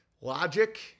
logic